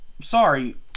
sorry